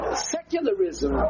secularism